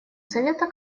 совета